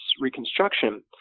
Reconstruction